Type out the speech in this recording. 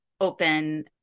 open